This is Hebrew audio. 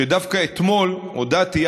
שדווקא אתמול הודעתי,